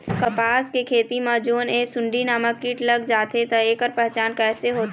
कपास के खेती मा जोन ये सुंडी नामक कीट लग जाथे ता ऐकर पहचान कैसे होथे?